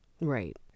Right